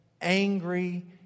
angry